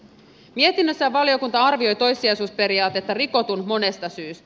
mietinnössään valiokunta arvioi toissijaisuusperiaatetta rikotun monesta syystä